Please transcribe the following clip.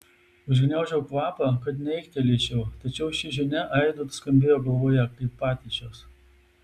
užgniaužiau kvapą kad neaiktelėčiau tačiau ši žinia aidu skambėjo galvoje kaip patyčios